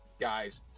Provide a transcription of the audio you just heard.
guys